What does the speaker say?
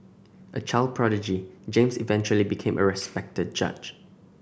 a child prodigy James eventually became a respected judge